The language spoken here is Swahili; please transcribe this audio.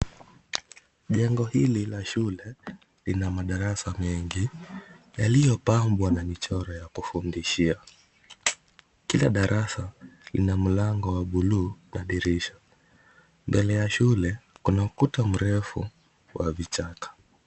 Jengo hili la shule lina madarasa mengi yaliyopangwa na michoro ya kufundishia. Kila darasa lina mlango wa buluu na dirisha. Mbele ya shule kuna ukuta mrefu wa vichaka.